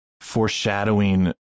foreshadowing